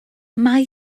mae